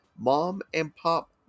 mom-and-pop